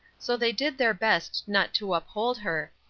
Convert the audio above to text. so they did their best not to uphold her,